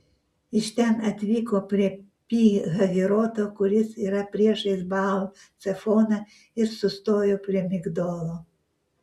iš ten atvyko prie pi hahiroto kuris yra priešais baal cefoną ir sustojo prie migdolo